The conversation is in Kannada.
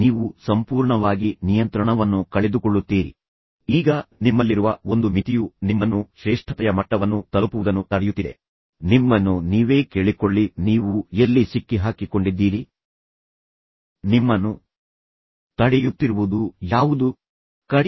ನೀವು ಈಗ ಮಿಸ್ಟರ್ ಎ ಅವರ ಬಳಿಗೆ ಹಿಂತಿರುಗಿ ಬಂದು ಇದನ್ನು ತಿಳಿದು ನಿಮಗೆ ಆಶ್ಚರ್ಯವಾಗುತ್ತದೆ ಅದೆಂದರೆ ಮಿಸ್ಟರ್ ಬಿ ನಿಮ್ಮ ಬಗ್ಗೆ ನೀವು ಹೇಳುವಂತೆಯೇ ಅದೇ ವಿಷಯಗಳನ್ನು ಹೇಳುತ್ತಾರೆ ಮತ್ತು ನೀವು ಮಿಸ್ಟರ್ ಬಿ ಮತ್ತು ಅವರ ಬಳಿಗೆ ಹೋಗಿ ಇದೇ ರೀತಿ ಹೇಳುತ್ತೀರಿ ಎಂದು ಭಾವಿಸೋಣ